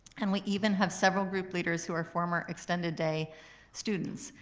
and we even have several group leaders who are former extended day students.